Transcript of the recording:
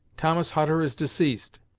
thomas hutter is deceased,